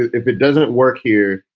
if it doesn't work here,